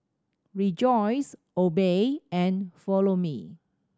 Rejoice Obey and Follow Me